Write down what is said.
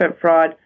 fraud